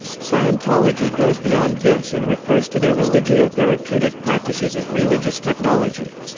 scientology goes beyond this and refers to their religio-therapeutic practices as religious technology.